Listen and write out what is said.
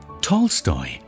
Tolstoy